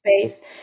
space